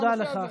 תודה לך.